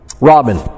Robin